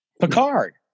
Picard